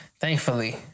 Thankfully